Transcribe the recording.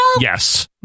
Yes